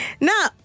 Now